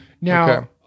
Now